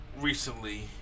recently